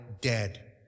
dead